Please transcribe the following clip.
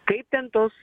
kaip ten tos